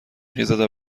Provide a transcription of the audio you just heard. خیزد